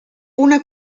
una